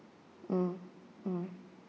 mm mm